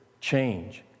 change